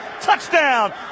touchdown